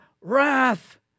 wrath